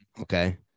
okay